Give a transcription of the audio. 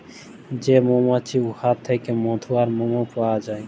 যে মমাছি উয়ার থ্যাইকে মধু আর মমও পাউয়া যায়